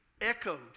echoed